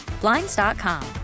Blinds.com